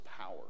power